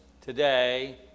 today